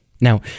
Now